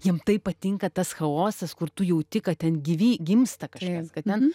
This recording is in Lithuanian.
jiem taip patinka tas chaosas kur tu jauti kad ten gyvy gimsta kažkas kad ten